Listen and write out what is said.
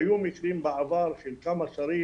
היו מקרים בעבר של כמה שרים,